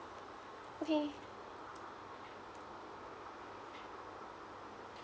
okay